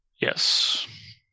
Yes